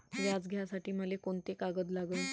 व्याज घ्यासाठी मले कोंते कागद लागन?